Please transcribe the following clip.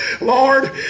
Lord